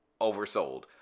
oversold